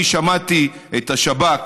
אני שמעתי את השב"כ,